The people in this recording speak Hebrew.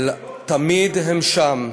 אבל תמיד הם שם.